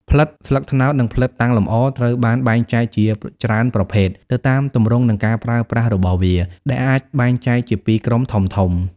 ផ្លិតស្លឹកត្នោត និងផ្លិតតាំងលម្អ ត្រូវបានបែងចែកជាច្រើនប្រភេទទៅតាមទម្រង់និងការប្រើប្រាស់របស់វា ដែលអាចបែងចែកជាពីរក្រុមធំៗ។